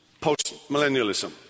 post-millennialism